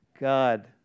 God